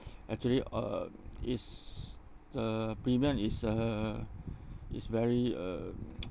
actually uh is uh premium is uh is very uh